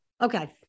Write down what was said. Okay